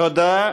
תודה.